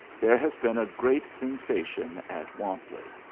there has been a great sensation at wantley.